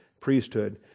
priesthood